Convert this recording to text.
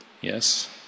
Yes